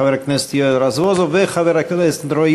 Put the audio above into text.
חבר הכנסת יואל רזבוזוב וחבר הכנסת רועי